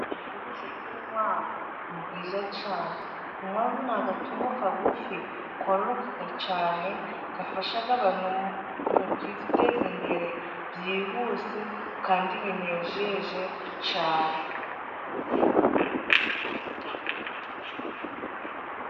Ubworozi bw'inkwavu ni bwiza cyane. Inkwavu ni agatungo kagufi, kororoka cyane, gafasha abantu mu kwiteze imbere byihuse, kandi binejeje cyane.